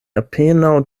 apenaŭ